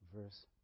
verse